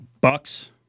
Bucks